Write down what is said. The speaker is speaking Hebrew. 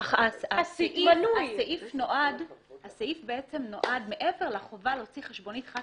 הסעיף הזה בא, מעבר לחובה להוציא חשבונית חד